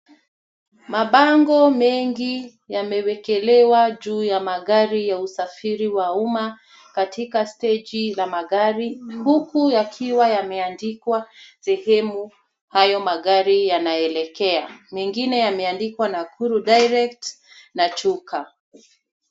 Mabango mengi yamewekelewa juu ya magari ya usafiri wa umma katika steji la magari, huku yakiwa yameandikwa sehemu hayo magari yanaelekea. Mengine yameandikwa Nakuru direct ,na Chuka.